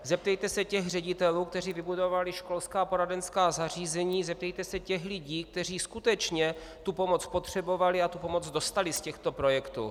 Zeptejte se těch ředitelů, kteří vybudovali školská poradenská zařízení, zeptejte se těch lidí, kteří skutečně pomoc potřebovali a tu pomoc dostali z těchto projektů.